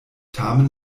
tamen